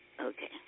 okay